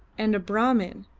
and a brahmin,